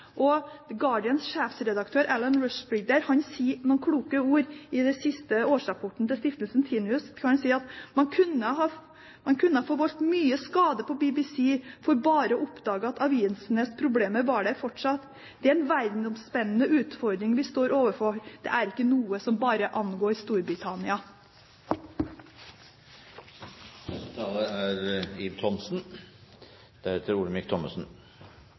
siste årsrapporten til Stiftelsen Tinius. Han sier: «Man kunne ha forvoldt mye skade på BBC for bare å oppdage at avisenes problemer var der fortsatt. Det er en verdensomspennende utfordring vi står overfor, det er ikke noe som bare angår Storbritannia.» Når siste taler sa at allmennkringkasting og public service-kanaler må være statlig, tar hun helt feil. TV 2, som er